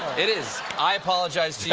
it is. i apologize to you